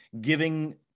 giving